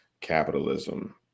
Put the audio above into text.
capitalism